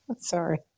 Sorry